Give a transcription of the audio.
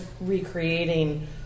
recreating